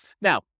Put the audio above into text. Now